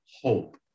hope